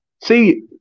See